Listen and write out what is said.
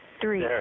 three